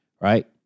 right